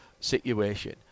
situation